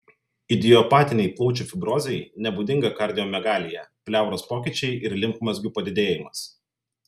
idiopatinei plaučių fibrozei nebūdinga kardiomegalija pleuros pokyčiai ir limfmazgių padidėjimas